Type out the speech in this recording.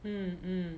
mm mm